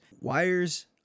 Wires